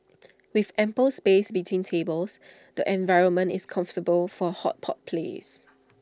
with ample space between tables the environment is comfortable for A hot pot place